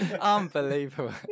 Unbelievable